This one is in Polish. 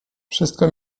wszystko